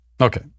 okay